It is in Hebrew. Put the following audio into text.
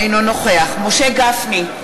אינו נוכח משה גפני,